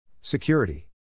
Security